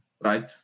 right